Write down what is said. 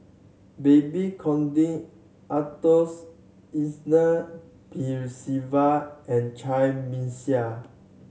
Babes Conde Arthur Ernest Percival and Cai Bixia